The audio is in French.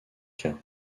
cas